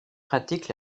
pratique